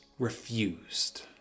refused